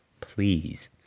please